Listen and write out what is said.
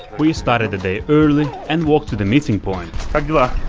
we started the day early and walked to the meeting point a